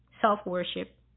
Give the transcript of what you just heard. self-worship